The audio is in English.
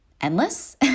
endless